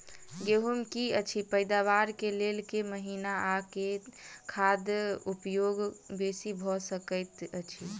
गेंहूँ की अछि पैदावार केँ लेल केँ महीना आ केँ खाद उपयोगी बेसी भऽ सकैत अछि?